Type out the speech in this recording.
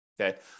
Okay